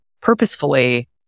purposefully